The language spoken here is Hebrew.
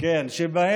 שים לב